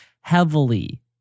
heavily